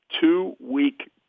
two-week